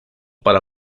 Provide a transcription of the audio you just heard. para